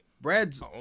Brad's